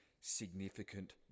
significant